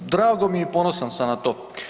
Drago mi je i ponosan sam na to.